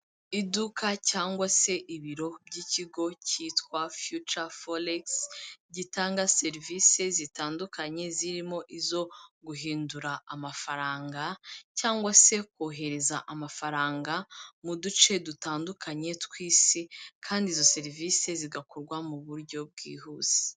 Iduka cyangwa se ibiro by'ikigo cyitwa fiyuca foregisi gitanga serivise zitandukanye zirimo izo guhindura amafaranga cyangwa se kohereza amafaranga mu duce dutandukanye tw'isi kandi izo serivise zigakorwa mu buryo bwihuse.